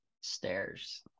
stairs